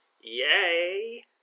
Yay